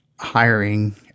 hiring